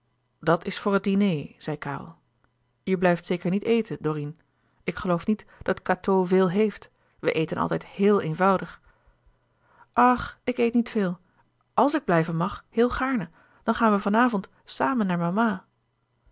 dat is voor het diner zei karel je blijft zeker niet eten dorine ik geloof niet dat cateau veel heeft we eten altijd héel eenvoudig ach ik eet niet veel àls ik blijven mag heel gaarne dan gaan we van avond samen naar mama